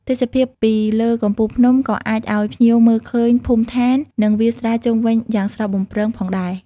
ទេសភាពពីលើកំពូលភ្នំក៏អាចឲ្យភ្ញៀវមើលឃើញភូមិឋាននិងវាលស្រែជុំវិញយ៉ាងស្រស់បំព្រងផងដែរ។